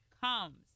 comes